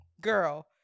girl